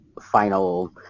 final